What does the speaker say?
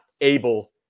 able